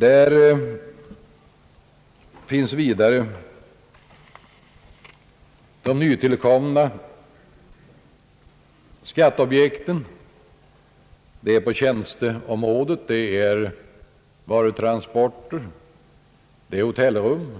Det finns vidare nytillkomna skatteobjekt på tjänsteområdet, det är varutransporter, hotellrum